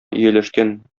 ияләшкән